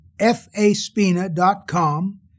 faspina.com